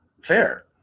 fair